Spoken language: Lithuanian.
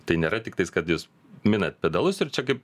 tai nėra tiktais kad jis minant pedalus ir čia kaip